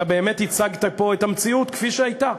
באמת הצגת פה את המציאות כפי שהייתה,